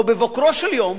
או בבוקרו של יום,